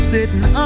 Sitting